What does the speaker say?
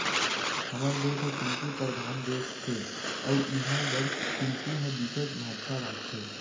हमर देस ह कृषि परधान देस हे अउ इहां बर कृषि ह बिकट महत्ता राखथे